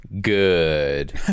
good